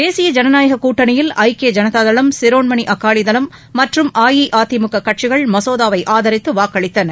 தேசிய ஐனநாயக கூட்டணியில் ஐக்கிய ஐனதா தளம் சிரோன்மணி அகாலிதளம் மற்றும் அஇஅதிமுக மசோதாவை ஆதரித்து வாக்களித்தன